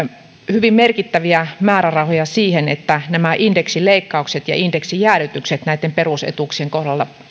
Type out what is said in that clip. hyvin merkittäviä määrärahoja siihen että nämä indeksileikkaukset ja indeksijäädytykset perusetuuksien kohdalla